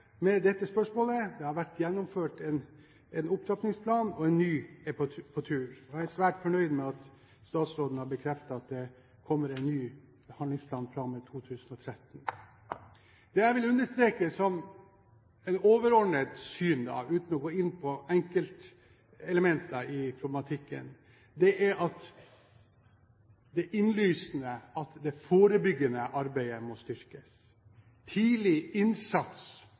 med dette spørsmålet. Det har vært gjennomført en opptrappingsplan – og en ny er på tur. Jeg er svært fornøyd med at statsråden har bekreftet at det kommer en ny handlingsplan fra og med 2013. Det jeg vil understreke som et overordnet syn, uten å gå inn på enkeltelementer i problematikken, er at det er innlysende at det forebyggende arbeidet må styrkes. Tidlig innsats